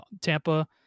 Tampa